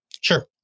Sure